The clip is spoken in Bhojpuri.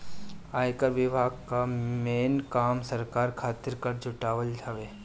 आयकर विभाग कअ मेन काम सरकार खातिर कर जुटावल हवे